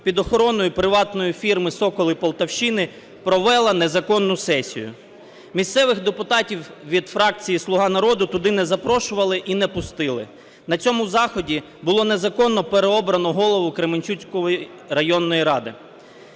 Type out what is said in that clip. під охоронної приватної фірми "Соколи Полтавщини" провели незаконну сесію. Місцевих депутатів від фракції "Слуга народу" туди не запрошували і не пустили. На цьому заході було незаконно переобрано голову Кременчуцької районної ради.